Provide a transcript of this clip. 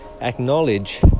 acknowledge